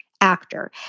actor